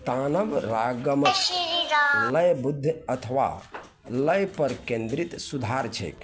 तानब रागमक लयबद्ध अथवा लयपर केन्द्रित सुधार छै